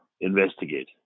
investigate